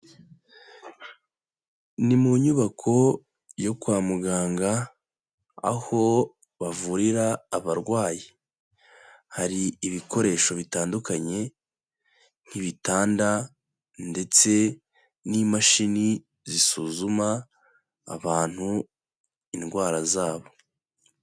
Ni mu nyubako yo kwa muganga, aho bavurira abarwayi, hari ibikoresho bitandukanye nk'ibitanda ndetse n'imashini zisuzuma abantu indwara zabo.